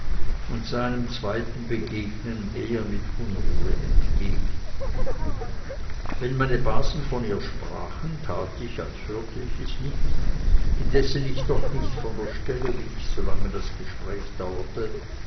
und sah einem zweiten begegnen eher mit unruhe entgegen wenn meine basen von ihr sprachen tat ich als hörte ich es nicht indessen ich doch nicht von der stelle wich solange das gespräch dauerte